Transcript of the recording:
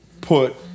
put